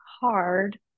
hard